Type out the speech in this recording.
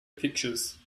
pictures